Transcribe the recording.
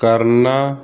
ਕਰਨਾ